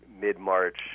mid-March